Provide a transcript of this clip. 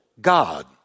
God